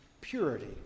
purity